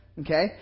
Okay